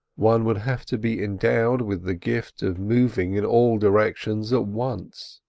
one would have to be endowed with the gift of moving in all directions at once.